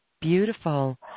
Beautiful